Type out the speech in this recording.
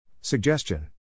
Suggestion